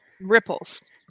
ripples